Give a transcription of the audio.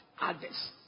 others